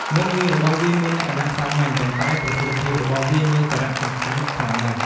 មុខងាររបស់វាមានលក្ខណៈសាមញ្ញ ប៉ុន្តែប្រសិទ្ធភាពរបស់វាមានសារៈសំខាន់ខ្លាំងណាស់។